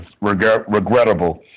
regrettable